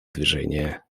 движения